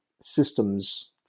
systems